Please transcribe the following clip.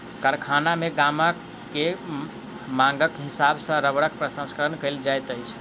कारखाना मे ग्राहक के मांगक हिसाब सॅ रबड़क प्रसंस्करण कयल जाइत अछि